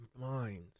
minds